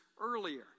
earlier